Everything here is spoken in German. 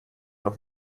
noch